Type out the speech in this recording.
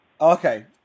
Okay